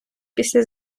після